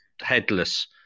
headless